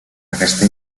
aquesta